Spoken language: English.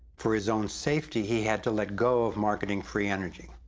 for his own safety, he had to let go of marketing free energy.